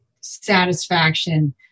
satisfaction